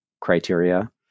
criteria